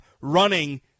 running